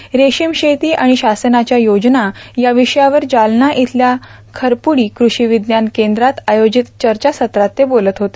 रेशीम शेती आणि शासनाच्या योजना या विषयावर जालना इथल्या खरपुडी कृषी विज्ञान केंद्रात आयोजित चर्चासत्रात ते बोलत होते